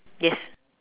yes